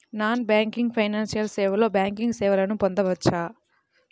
Non banking financial సేవలో banking సేవలను పొందవచ్చా?